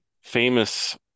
famous